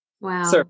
Wow